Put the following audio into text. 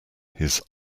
his